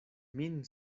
min